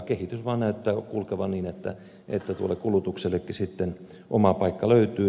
kehitys vaan näyttää kulkevan niin että tuolle kulutuksellekin sitten oma paikka löytyy